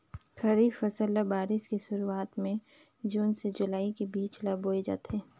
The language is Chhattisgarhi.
खरीफ फसल ल बारिश के शुरुआत में जून से जुलाई के बीच ल बोए जाथे